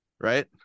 right